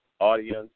audience